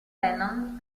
lennon